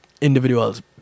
individuals